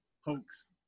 hoax